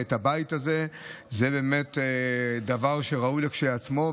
את הבית הזה זה באמת דבר ראוי כשלעצמו,